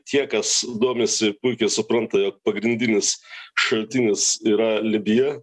tie kas domisi puikiai supranta jog pagrindinis šaltinis yra libija